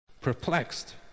perplexed